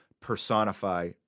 personify